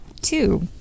two